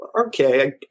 okay